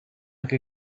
like